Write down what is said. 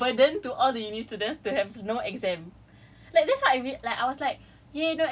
at first I explain to you like eh it's really like a burden to all the uni students to have no exams